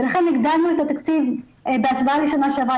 ולכן הגדלנו את התקציב בהשוואה לשנה שעברה.